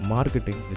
Marketing